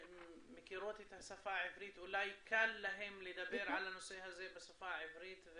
שמכירות את השפה העברית אולי קל להן לדבר על הנושא הזה בשפה העברית.